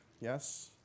yes